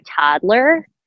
toddler